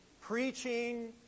preaching